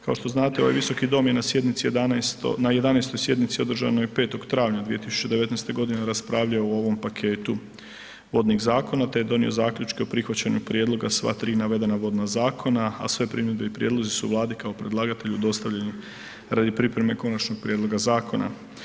Kako što znate ovaj visoki dom je na sjednici 11, na 11 sjednici održanoj 5. travnja 2019. godine raspravljao o ovom paketu vodnih zakona te je donio zaključke o prihvaćanju prijedloga sva tri navedena vodna zakona, a sve primjedbe i prijedlozi su Vladi kao predlagatelju dostavljeni radi pripreme konačnog prijedloga zakona.